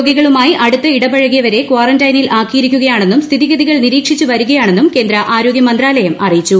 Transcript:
രോഗികളുമായി അടുത്ത് ഇടപഴകിയവരെ കാറന്റൈനിൽ ആക്കിയിരിക്കുകയാണെന്നും സ്ഥിതിഗതികൾ നിരീക്ഷിച്ച് വരികയാണെന്നും മന്ത്രാലയം വ്യക്തമാക്കി